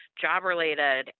job-related